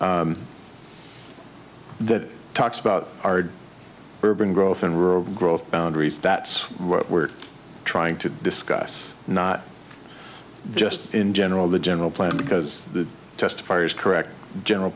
for that talks about our urban growth and rural growth boundaries that's what we're trying to discuss not just in general the general plan because the testifiers correct general